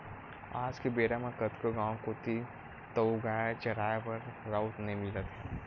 आज के बेरा म कतको गाँव कोती तोउगाय चराए बर राउत नइ मिलत हे